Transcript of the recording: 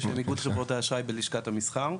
בשם איגוד חברות האשראי בלשכת המסחר.